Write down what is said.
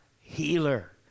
healer